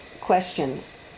questions